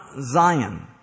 Zion